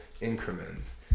increments